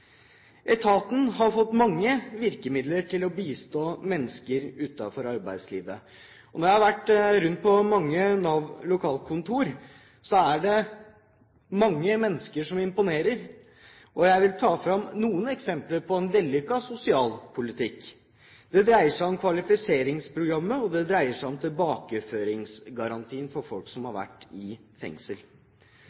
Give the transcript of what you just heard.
Etaten har fått mange virkemidler til å bistå mennesker utenfor arbeidslivet. Når jeg har vært rundt på Nav-lokalkontor, er det er mange mennesker som imponerer, og jeg vil ta fram noen eksempler på en vellykket sosialpolitikk. Det dreier seg om kvalifiseringsprogrammet, og det dreier seg om tilbakeføringsgarantien for folk som